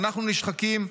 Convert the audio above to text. אנחנו נשחקים.